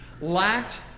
lacked